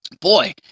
Boy